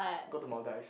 go to Maldives